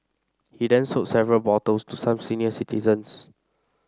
he then sold several bottles to some senior citizens